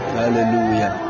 hallelujah